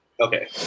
Okay